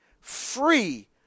free